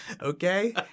Okay